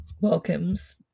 welcomes